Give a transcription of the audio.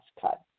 cut